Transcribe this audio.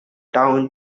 town